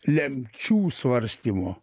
lemčių svarstymo